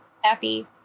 Happy